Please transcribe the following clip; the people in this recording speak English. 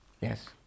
Yes